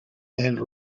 and